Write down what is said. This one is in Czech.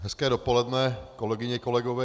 Hezké dopoledne, kolegyně, kolegové.